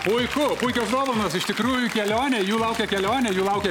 puiku puikios dovanos iš tikrųjų kelionė jų laukia kelionė jų laukia